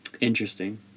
Interesting